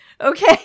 Okay